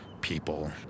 people